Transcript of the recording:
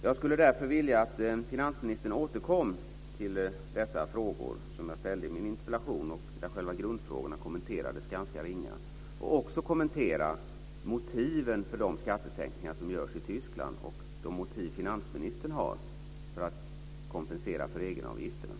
Jag skulle därför vilja att finansministern återkom till dessa frågor som jag ställde i min interpellation - själva grundfrågorna kommenterades ganska ringa i svaret - och att han kommenterade motiven för de skattesänkningar som görs i Tyskland och de motiv finansministern har för att kompensera för egenavgifterna.